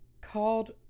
called